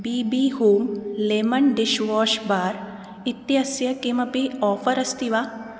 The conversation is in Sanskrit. B B home lemon dishwash bar इत्यस्य किमपि आफ़र् अस्ति वा